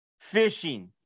fishing